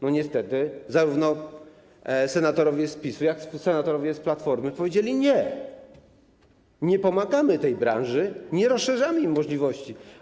Niestety zarówno senatorowie z PiS-u, jak i senatorowie z Platformy powiedzieli: nie, nie pomagamy tej branży, nie rozszerzamy im możliwości.